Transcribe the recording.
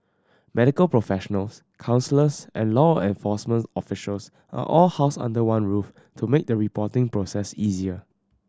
medical professionals counsellors and law enforcement officials are all housed under one roof to make the reporting process easier